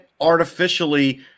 artificially